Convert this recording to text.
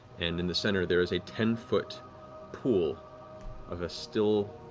and in the center there is a ten-foot pool of a still,